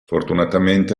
fortunatamente